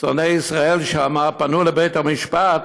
שונאי ישראל שם פנו לבית המשפט